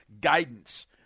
guidance